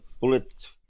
bullet